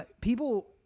people